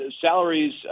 Salaries